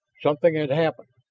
something had happened,